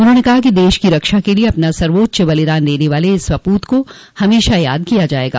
उन्होंने कहा कि देश की रक्षा के लिये अपना सर्वोच्च बलिदान देने वाले इस सपूत को हमेशा याद किया जायेगा